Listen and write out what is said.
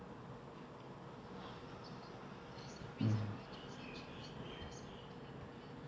mm